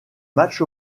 matches